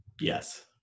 Yes